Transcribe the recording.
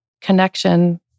connection